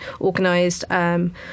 Organised